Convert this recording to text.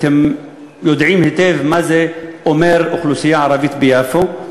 אתם יודעים היטב מה זה אומר אוכלוסייה ערבית ביפו.